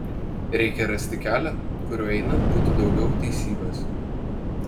reikia rasti kelią kuriuo einant būtų daugiau teisybės